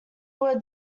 were